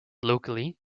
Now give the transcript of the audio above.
locally